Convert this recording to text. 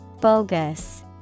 Bogus